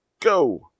go